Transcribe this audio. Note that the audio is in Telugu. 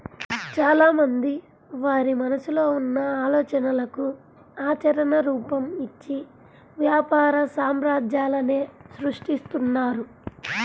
చాలామంది వారి మనసులో ఉన్న ఆలోచనలకు ఆచరణ రూపం, ఇచ్చి వ్యాపార సామ్రాజ్యాలనే సృష్టిస్తున్నారు